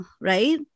right